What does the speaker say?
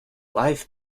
life